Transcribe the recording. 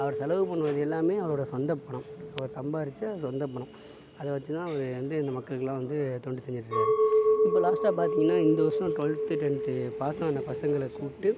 அவர் செலவு பண்ணுவது எல்லாமே அவரோட சொந்தப் பணம் அவர் சம்பாரித்த சொந்தப் பணம் அதை வச்சுதான் அவர் வந்து இந்த மக்களுக்கெல்லாம் வந்து தொண்டு செஞ்சிகிட்ருக்காரு இப்போ லாஸ்ட்டாக பார்த்தீங்கனா இந்த வருஷம் ட்டுவல்த்து டென்த்து பாஸான பசங்களை கூப்பிட்டு